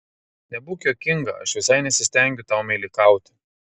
nebūk juokinga aš visai nesistengiu tau meilikauti